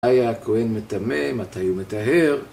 היה הכהן מטמא, מתי הוא מטהר